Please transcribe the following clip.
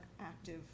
active